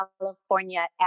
California